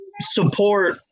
support